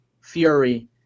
Fury